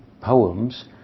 poems